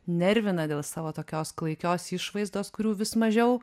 nervina dėl savo tokios klaikios išvaizdos kurių vis mažiau